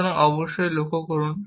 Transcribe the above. সুতরাং অবশ্যই লক্ষ্য করুন